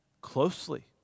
closely